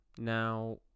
Now